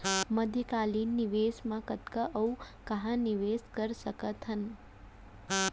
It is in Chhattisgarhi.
मध्यकालीन निवेश म कतना अऊ कहाँ निवेश कर सकत हन?